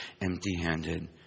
empty-handed